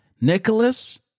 Nicholas